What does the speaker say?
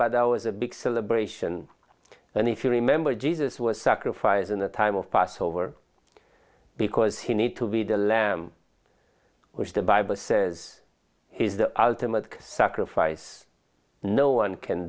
but there was a big celebration and if you remember jesus was sacrifice in the time of passover because he need to be the lamb which the bible says is the ultimate sacrifice no one can